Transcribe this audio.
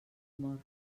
mort